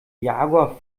jaguar